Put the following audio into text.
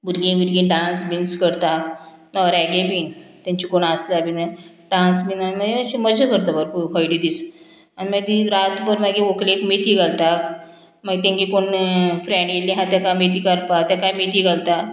भुरगीं भुरगीं डांस बीन्स करता न्हवऱ्यागे बीन तेंचे कोण आसल्यार बीन डांस बीन मागीर अशें मजा करता भरपूर हळदी दीस आनी मागीर ती रातभर मागीर व्हंकलेक मेथी घालता मागीर तेंगे कोण फ्रेंड येयल्ली आहा तेका मेथी काडपाक तेकाय मेथी घालता